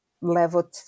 level